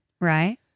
Right